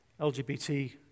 LGBT